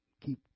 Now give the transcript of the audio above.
Keep